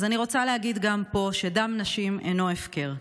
אז אני רוצה להגיד גם פה שדם נשים אינו הפקר,